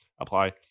apply